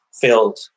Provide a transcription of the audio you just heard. filled